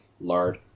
lard